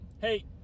hey